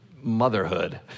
motherhood